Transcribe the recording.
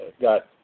got